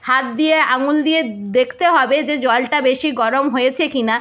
হাত দিয়ে আঙুল দিয়ে দেখতে হবে যে জলটা বেশি গরম হয়েছে কিনা